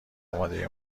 امادهی